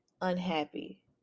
unhappy